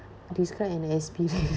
describe an experience